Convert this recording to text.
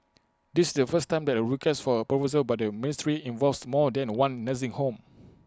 this is the first time that A request for A proposal by the ministry involves more than one nursing home